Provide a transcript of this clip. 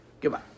Goodbye